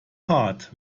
hart